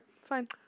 Fine